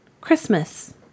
Christmas